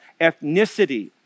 ethnicity